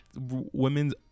women's